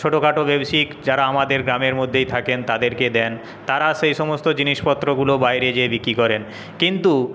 ছোটোখাটো বেবশিক যারা আমাদের আমাদের গ্রামের মধ্যেই থাকেন তাদেরকে দেন তারা সেই সমস্ত জিনিসপত্রগুলো বাইরে যেয়ে বিক্রি করেন কিন্তু